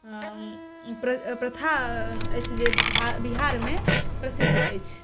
प्रथा अछि जे बिहारमे प्रसिद्ध अछि